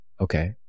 okay